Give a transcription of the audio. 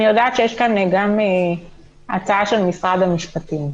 אני יודעת שיש כאן גם הצעה של משרד המשפטים.